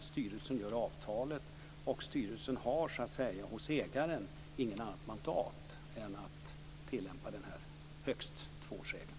Styrelsen gör avtalet, och styrelsen har inget annat mandat hos ägaren än att tillämpa denna regel om högst två år.